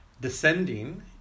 descending